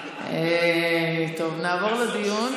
טוב, נעבור לדיון.